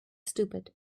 stupid